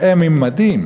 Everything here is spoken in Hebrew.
כשהם עם מדים,